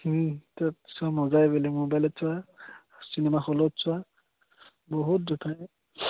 তাত চোৱাৰ মজাই বেলেগ মোবাইলত চোৱা চিনেমা হলত চোৱা বহুত দুটাই